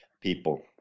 people